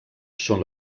són